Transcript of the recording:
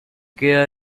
queda